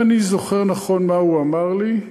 אם אני זוכר נכון מה הוא אמר לי,